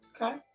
Okay